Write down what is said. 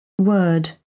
Word